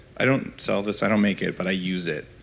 i don't sell this, i don't make it, but i use it,